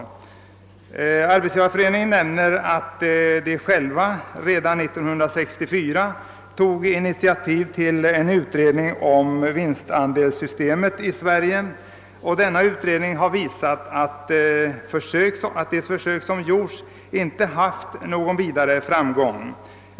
SAF skriver i sitt remissvar att Arbetsgivareföreningen själv 1964 tog initiativ till en utredning om vinstdelningssystem i Sverige, och den utredningen visade »att de fåtaliga försök som gjorts med vinstdelning i Sverige inte haft någon större framgång.